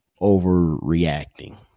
overreacting